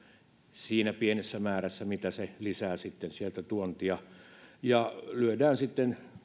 siinä pienessä määrässä mitä se lisää sitten sieltä tuontia ja lyödään sitten